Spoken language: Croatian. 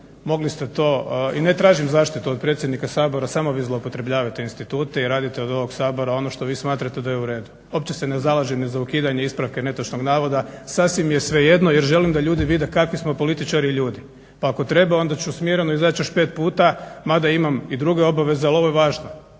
mogli ste to i ne tražim zaštitu od predsjednika Sabora, samo vi zloupotrebljavajte institute i radite od ovog Sabora ono što vi smatrate da je u redu. Uopće se ne zalažem ni za ukidanje ispravka netočnog navoda. Sasvim je svejedno jer želim da ljudi vide kakvi smo političari i ljudi pa ako treba onda ću smireno izaći još pet puta mada imam i druge obaveze ali ovo je važno.